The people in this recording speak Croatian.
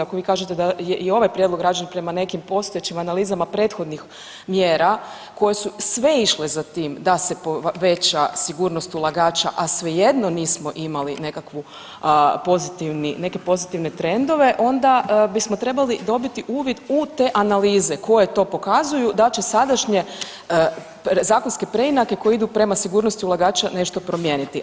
Ako vi kažete da je i ovaj prijedlog rađen prema nekim postojećim analizama prethodnih mjera koje su sve išle za tim da se poveća sigurnost ulagača, a svejedno nismo imali neke pozitivne trendove onda bismo trebali dobiti uvid u te analize koje to pokazuju da će sadašnje zakonske preinake koje idu prema sigurnosti ulagača nešto promijeniti.